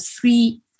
three